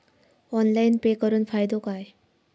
Online pay करुन फायदो काय?